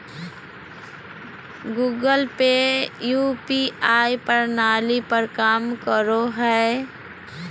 Google Pay UPI प्रणाली पर काम करो हय